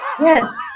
yes